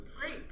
Great